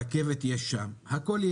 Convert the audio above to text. וגם רכבת - יש שם הכול.